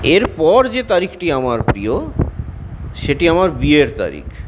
এরপর যে তারিখটি আমার প্রিয় সেটি আমার বিয়ের তারিখ